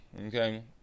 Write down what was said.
Okay